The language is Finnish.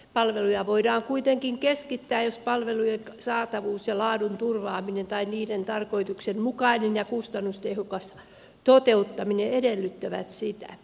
palveluja voidaan kuitenkin keskittää jos palvelujen saatavuus ja laadun turvaaminen tai niiden tarkoituksenmukainen ja kustannustehokas toteuttaminen edellyttävät sitä